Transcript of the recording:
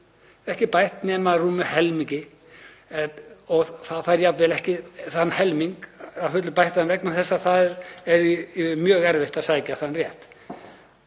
ekki nema helminginn og það fær jafnvel ekki þann helming að fullu bættan vegna þess að það er mjög erfitt að sækja þann rétt.